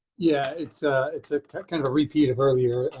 yeah, it's ah it's ah kind of a repeat of earlier.